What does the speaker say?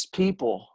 people